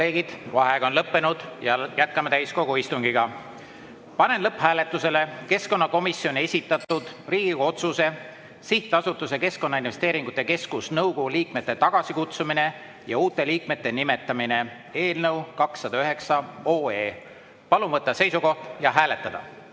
on lõppenud, jätkame täiskogu istungit. Panen lõpphääletusele keskkonnakomisjoni esitatud Riigikogu otsuse "Sihtasutuse Keskkonnainvesteeringute Keskus nõukogu liikmete tagasikutsumine ja uute liikmete nimetamine" eelnõu 209. Palun võtta seisukoht ja hääletada!